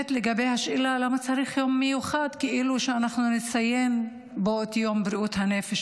לגבי השאלה למה צריך יום מיוחד לציין בו את בריאות הנפש,